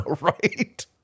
Right